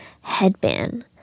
headband